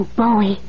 boy